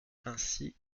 ainsi